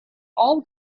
all